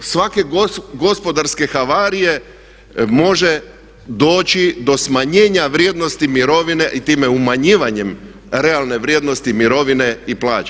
Kod svake gospodarske havarije može doći do smanjenja vrijednosti mirovine i time umanjivanjem realne vrijednosti mirovine i plaće.